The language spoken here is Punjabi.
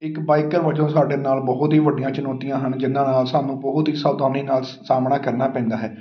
ਇੱਕ ਬਾਈਕਰ ਵਜੋਂ ਸਾਡੇ ਨਾਲ ਬਹੁਤ ਹੀ ਵੱਡੀਆਂ ਚੁਣੌਤੀਆਂ ਹਨ ਜਿਨ੍ਹਾਂ ਨਾਲ ਸਾਨੂੰ ਬਹੁਤ ਹੀ ਸਾਵਧਾਨੀ ਨਾਲ ਸਾਹਮਣਾ ਕਰਨਾ ਪੈਂਦਾ ਹੈ